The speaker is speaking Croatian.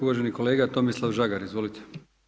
Uvaženi kolega Tomislav Žagar, izvolite.